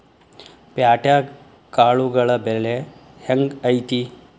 ಪ್ಯಾಟ್ಯಾಗ್ ಕಾಳುಗಳ ಬೆಲೆ ಹೆಂಗ್ ಐತಿ?